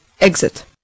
EXIT